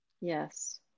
Yes